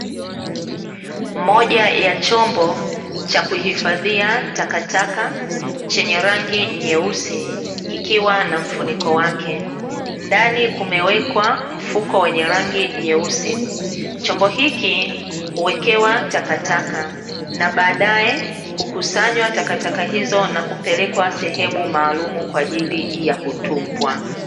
Moja ya chombo cha kuhifadhia takataka chenye rangi nyeusi kikiwa na mfuniko wake, ndani kimewekwa mfuko wenye rangi nyeusi, chombo hiki huekewa takataka na baadae hukusanywa takataka hizo na kupelekwa sehemu maalum kwaajili ya kutupwa.